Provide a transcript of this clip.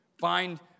Find